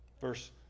Verse